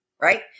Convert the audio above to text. right